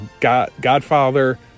Godfather